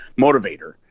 motivator